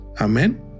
Amen